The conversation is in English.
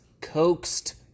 coaxed